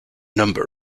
number